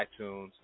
iTunes